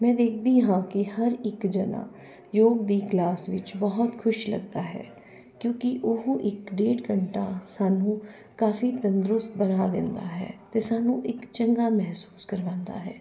ਮੈਂ ਦੇਖਦੀ ਹਾਂ ਕਿ ਹਰ ਇੱਕ ਜਨਾ ਯੋਗ ਦੀ ਕਲਾਸ ਵਿੱਚ ਬਹੁਤ ਖੁਸ਼ ਲੱਗਦਾ ਹੈ ਕਿਉਂਕਿ ਉਹ ਇੱਕ ਡੇਢ ਘੰਟਾ ਸਾਨੂੰ ਕਾਫੀ ਤੰਦਰੁਸਤ ਬਣਾ ਦਿੰਦਾ ਹੈ ਅਤੇ ਸਾਨੂੰ ਇੱਕ ਚੰਗਾ ਮਹਿਸੂਸ ਕਰਵਾਉਂਦਾ ਹੈ